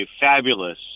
fabulous –